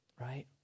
right